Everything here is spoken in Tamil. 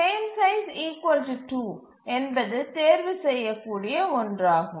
பிரேம் சைஸ் 2 என்பது தேர்வு செய்யக் கூடிய ஒன்றாகும்